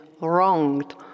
wronged